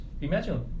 Imagine